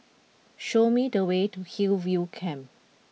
show me the way to Hillview Camp